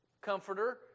comforter